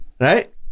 right